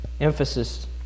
emphasis